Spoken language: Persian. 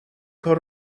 کار